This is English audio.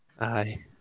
Aye